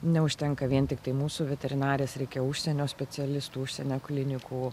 neužtenka vien tiktai mūsų veterinarės reikia užsienio specialistų užsienio klinikų